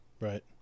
Right